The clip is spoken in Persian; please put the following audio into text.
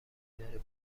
داره